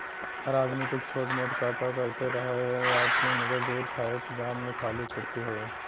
हर आदमी कुछ छोट मोट कां त करते रहे राज्य मे मगर दूर खएत गाम मे खाली खेती होए